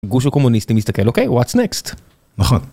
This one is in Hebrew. גוש הקומוניסטים מסתכל אוקיי, וואטס נקסט. נכון.